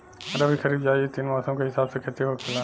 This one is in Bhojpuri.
रबी, खरीफ, जायद इ तीन मौसम के हिसाब से खेती होखेला